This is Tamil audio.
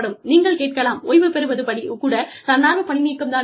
நீங்கள் கேட்கலாம் ஓய்வு பெறுவது கூட தன்னார்வ பணி நீக்கம் தானா என்று